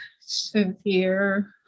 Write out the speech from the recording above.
severe